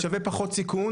שווה פחות סיכון",